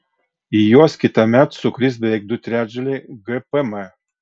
į juos kitąmet sukris beveik du trečdaliai gpm